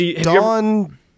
Don